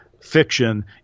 fiction